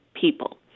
people